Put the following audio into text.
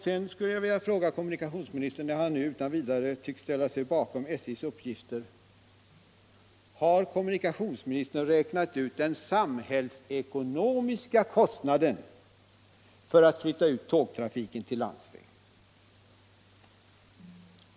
Sedan skulle jag vilja fråga kommunikationsministern, när han nu utan vidare tycks ställa sig bakom SJ:s uppgifter: Har kommunikationsministern räknat ut den samhällsekonomiska kostnaden för att flytta över tågtrafiken till landsväg?